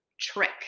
trick